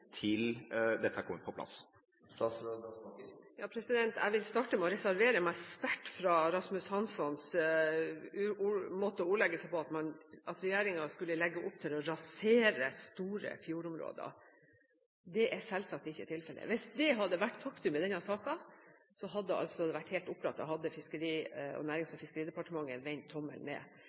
til dette har kommet på plass. Jeg vil starte med å reservere meg sterkt mot Rasmus Hanssons måte å ordlegge seg på, at regjeringa skulle legge opp til å rasere store fjordområder. Det er selvsagt ikke tilfellet. Hvis det hadde vært faktum i denne saken, hadde det vært helt opplagt at Nærings- og fiskeridepartementet hadde vendt tommelen ned.